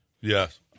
Yes